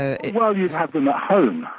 ah well, you have them at home,